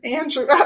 Andrew